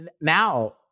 now